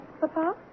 Papa